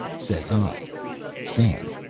says i sam,